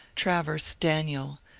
trayers daniel,